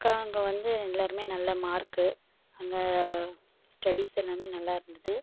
அக்காங்க வந்து எல்லாரும் நல்ல மார்க் அங்கே ஸ்டெடிஸ் எல்லாம் நல்லா இருந்துது